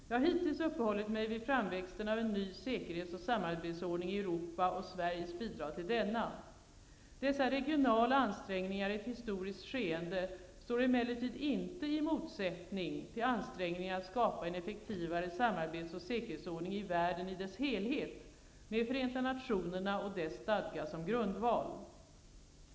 Jag har hittills uppehållit mig vid framväxten av en ny säkerhets och samarbetsordning i Europa och Sveriges bidrag till denna. Dessa regionala ansträngningar i ett historiskt skeende står emellertid inte i motsättning till ansträngningarna att skapa en effektivare samarbets och säkerhetsordning i världen i dess helhet med Förenta Nationerna och dess stadga som grundval.